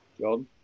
John